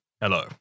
hello